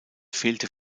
fehlte